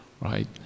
right